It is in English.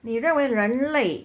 你认为人类